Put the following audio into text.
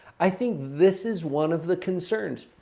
i think this is one of the concerns.